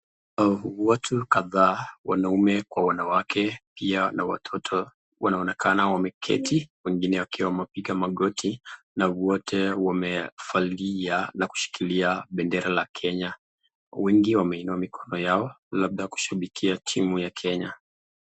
Watu kadhaa wanaume kwa wanawake pia na watoto wanaonekana wameketi wengine wakiwa wamepiga magoti na wote wameyavalia na kushikilia bendera la kenya, wengi wameinua mikono yao labda kushabikia timu ya kenya.